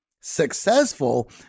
successful